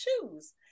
shoes